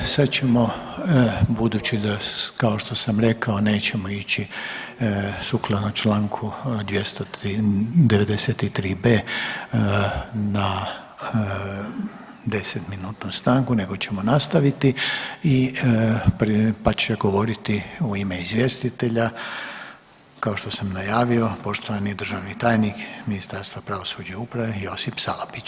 Sad ćemo budući da kao to sam rekao nećemo ići sukladno Članku 203 93b. na 10 minutnu stanku nego ćemo nastaviti i pa će govoriti u ime izvjestitelja kao što sam najavio poštovani državni tajnik Ministarstva pravosuđa i uprave, Josip Salapić.